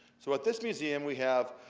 so at this museum we have,